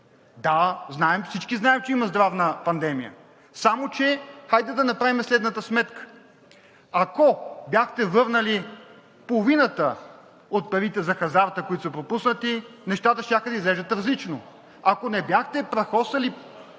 знаем, всички знаем, че има здравна пандемия. Само че хайде да направим следната сметка. Ако бяхте върнали половината от парите за хазарта, които са пропуснати, нещата щяха да изглеждат различно. Ако не бяхте прахосали